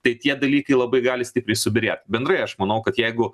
tai tie dalykai labai gali stipriai subyrėt bendrai aš manau kad jeigu